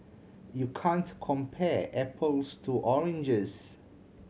you can't compare apples to oranges